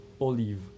olive